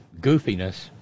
goofiness